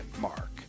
mark